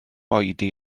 oedi